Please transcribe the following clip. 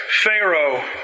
Pharaoh